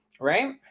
Right